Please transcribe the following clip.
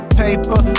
paper